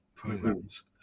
programs